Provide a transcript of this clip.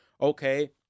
okay